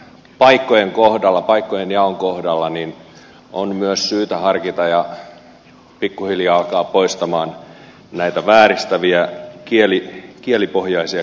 sitten näitten paikkojen jaon kohdalla on myös syytä harkita ja pikkuhiljaa alkaa poistaa näitä vääristäviä kielipohjaisia kiintiöitä mitä on olemassa